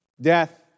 death